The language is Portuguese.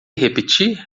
repetir